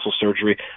surgery